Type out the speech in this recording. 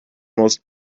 most